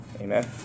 Amen